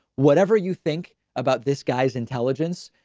whatever you think about this guy's intelligence,